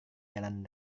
jalan